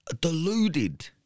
deluded